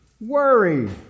Worry